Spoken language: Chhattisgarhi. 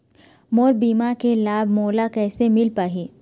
मोर बीमा के लाभ मोला कैसे मिल पाही?